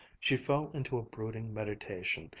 she fell into a brooding meditation,